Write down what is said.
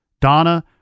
Donna